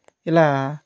ఇలా